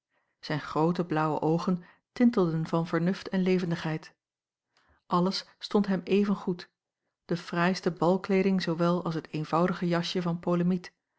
zijn groote blaauwe oogen tintelden van vernuft en levendigheid alles stond hem evengoed de fraaiste balkleeding zoowel als het eenvoudige jasje van